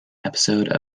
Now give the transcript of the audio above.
episode